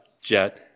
jet